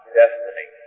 destiny